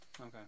Okay